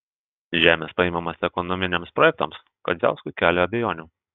žemės paėmimas ekonominiams projektams kadziauskui kelia abejonių